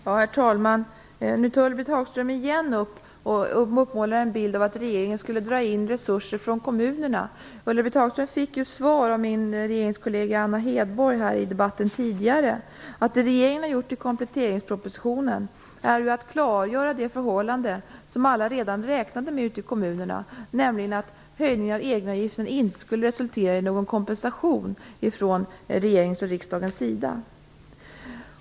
Herr talman! Nu målade Ulla-Britt Hagström igen upp en bild av att regeringen skulle dra in resurser från kommunerna. Ulla-Britt Hagström fick ju tidigare här i debatten svaret av min regeringskollega Anna Hedborg att det som regeringen gör i kompletteringspropositionen är ju att klargöra det förhållande som alla ute i kommunerna redan räknar med, nämligen att höjningen av egenavgiften inte skulle resultera i någon kompensation från regeringens och riksdagens sida.